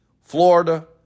Florida